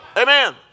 Amen